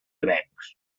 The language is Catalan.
avencs